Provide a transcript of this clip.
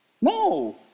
No